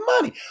money